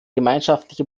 gemeinschaftliche